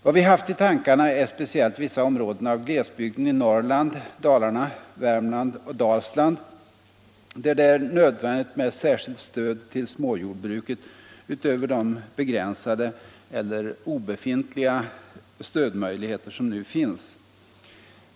Vad vi har haft i tankarna är speciellt vissa områden av glesbygden i Norrland, Dalarna, Värmland och Dalsland, där det är nödvändigt med särskilt stöd till småjordbruket utöver de begränsade eller obefintliga stödmöjligheter som nu finns.